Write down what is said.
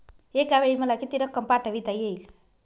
एकावेळी मला किती रक्कम पाठविता येईल?